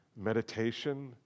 meditation